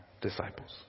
disciples